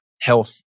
health